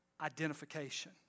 identification